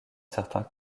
certains